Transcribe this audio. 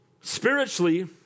Spiritually